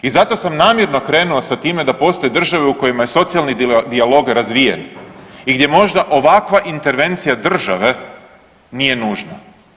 I zato sam namjerno krenuo sa time da postoje države u kojima je socijalni dijalog razvijen i gdje možda ovakva intervencija države nije nužna.